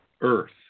earth